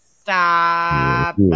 stop